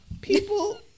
people